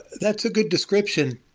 that's a good description.